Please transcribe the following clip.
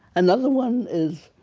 another one is